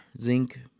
zinc